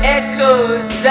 echoes